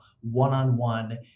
one-on-one